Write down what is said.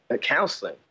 counseling